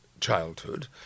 childhood